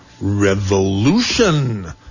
Revolution